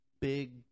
big